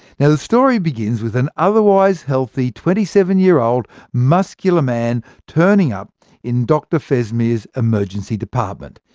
the story begins with an otherwise healthy twenty seven year old muscular man turning up in dr fesmire's emergency department.